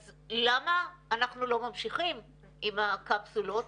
אז למה אנחנו לא ממשיכים עם הקפסולות,